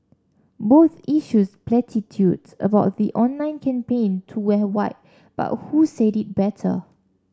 both issued platitudes about the online campaign to wear white but who said it better